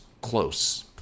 close